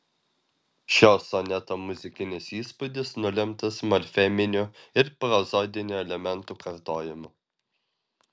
šio soneto muzikinis įspūdis nulemtas morfeminių ir prozodinių elementų kartojimu